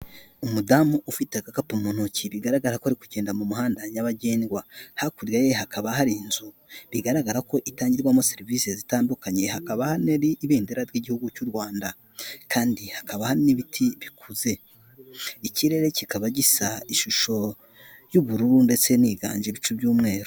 Umudamu ufite agakapu mu ntoki bigaragara ko ari kugenda mu muhanda nyabagendwa, hakurya ye hakaba hari inzu bigaragara ko itangirwamo serivisi zitandukanye, hakaba hanari ibendera ry'igihugu cy'u Rwanda kandi hakaba hari n'ibiti bikuze. Ikirere kikaba gisa ishusho y'ubururu ndetse haniganje ibicu by'umweru.